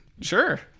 Sure